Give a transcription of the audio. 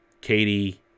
Katie